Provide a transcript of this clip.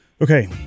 Okay